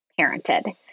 parented